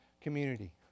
community